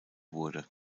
wurde